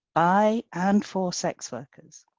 by and for sex workers.